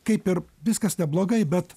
kaip ir viskas neblogai bet